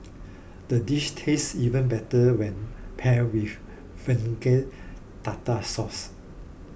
the dish tastes even better when paired with Vegan Tartar Sauce